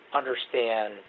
understand